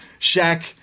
Shaq